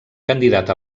candidat